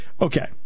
Okay